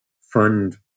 fund